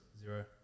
zero